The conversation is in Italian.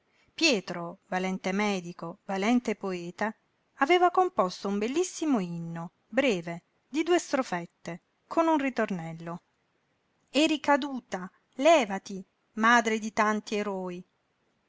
pietro valente medico valente poeta aveva composto un bellissimo inno breve di due strofette con un ritornello eri caduta lèvati madre di tanti eroi